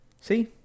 See